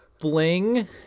Bling